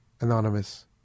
Anonymous